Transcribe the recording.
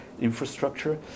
infrastructure